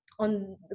on